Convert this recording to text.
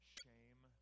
shame